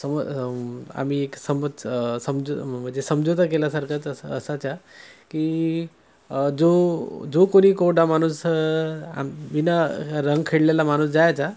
सम आम्ही एक समज समजो म्हणजे समझोता केल्यासारखाच अस असायचा की जो जो कोणी कोडा माणूस आ विनारंग खेळलेला माणूस जायचा